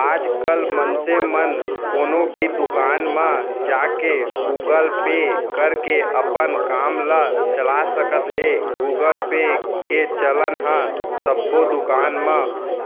आजकल मनसे मन कोनो भी दुकान म जाके गुगल पे करके अपन काम ल चला सकत हें गुगल पे के चलन ह सब्बो दुकान म